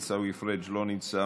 עיסאווי פריג' לא נמצא,